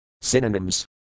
Synonyms